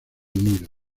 nido